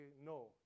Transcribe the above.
no